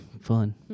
Fun